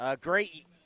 great